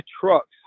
trucks